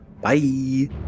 Bye